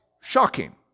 shocking